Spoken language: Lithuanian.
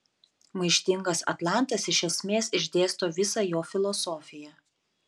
maištingas atlantas iš esmės išdėsto visą jo filosofiją